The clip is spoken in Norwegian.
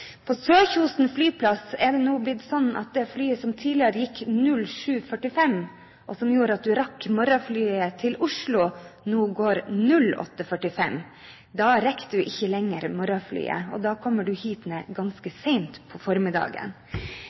På Sørkjosen Flyplass er det nå blitt slik at det flyet som tidligere gikk kl. 07.45, og som gjorde at du rakk morgenflyet til Oslo, nå går kl. 08.45. Da rekker du ikke lenger morgenflyet. Da kommer du hit ned ganske sent på formiddagen.